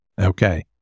Okay